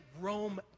Rome